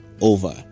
over